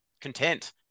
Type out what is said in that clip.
content